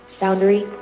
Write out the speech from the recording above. Boundary